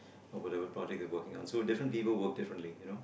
for whatever project they working on so different people working differently you know